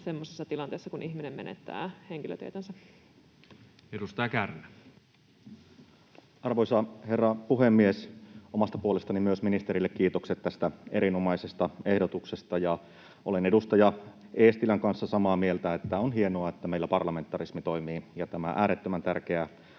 ja rikosrekisterilain 4 a §:n muuttamisesta Time: 17:21 Content: Arvoisa herra puhemies! Myös omasta puolestani ministerille kiitokset tästä erinomaisesta ehdotuksesta. Olen edustaja Eestilän kanssa samaa mieltä, että on hienoa, että meillä parlamentarismi toimii ja tämä äärettömän tärkeä